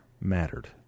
mattered